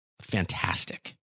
fantastic